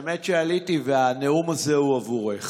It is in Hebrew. האמת שהנאום הזה הוא עבורך.